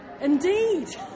Indeed